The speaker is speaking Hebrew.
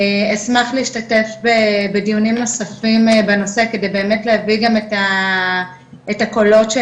אשמח להשתתף בדיונים נוספים בנושא כדי באמת להביא גם את הקולות של